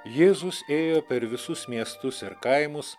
jėzus ėjo per visus miestus ir kaimus